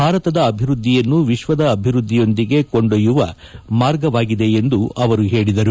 ಭಾರತದ ಅಭಿವೃದ್ಧಿಯನ್ನು ವಿಶ್ವದ ಅಭಿವೃದ್ಧಿಯೊಂದಿಗೆ ಕೊಂಡೊಯ್ಯುವ ಮಾರ್ಗವಾಗಿದೆ ಎಂದು ಹೇಳಿದರು